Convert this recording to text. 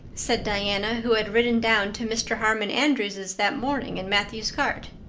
said diana, who had ridden down to mr. harmon andrews's that morning in matthew's cart.